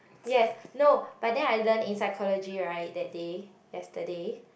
yes no but then I learn in psychology right that day yesterday